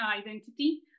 Identity